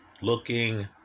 looking